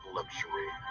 luxury